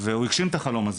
והוא הגשים את החלום הזה.